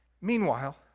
Meanwhile